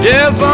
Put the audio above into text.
Yes